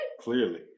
Clearly